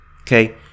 okay